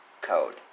Code